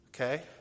Okay